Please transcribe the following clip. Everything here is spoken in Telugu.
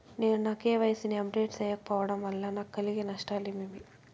నేను నా కె.వై.సి ని అప్డేట్ సేయకపోవడం వల్ల నాకు కలిగే నష్టాలు ఏమేమీ?